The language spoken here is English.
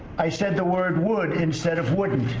i said the word would instead of wouldn't.